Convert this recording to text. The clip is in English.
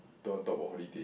don't talk about holiday